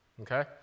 okay